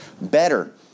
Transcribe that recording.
better